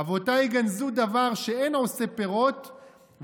אבותיי גנזו דבר שאין עושה פירות,